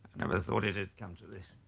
never thought it'd come to this